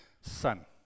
son